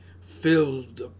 filled